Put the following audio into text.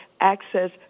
access